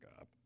up